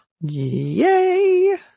Yay